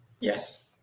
Yes